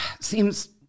seems